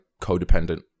codependent